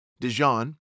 Dijon